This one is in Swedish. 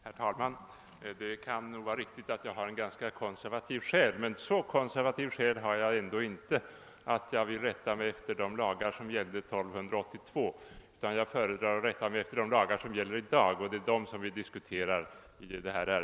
Herr talman! Det kan nog vara riktigt att jag har en ganska konservativ själ, men så konservativ är den inte att jag rättar mig efter de lagar som gällde 1282. Jag rättar mig efter dem som gäller i dag, och det är dem som vi nu diskuterar.